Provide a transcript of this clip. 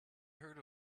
heard